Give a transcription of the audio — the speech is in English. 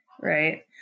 right